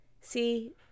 See